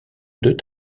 deux